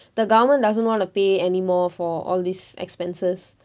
the government doesn't want to pay anymore for all these expenses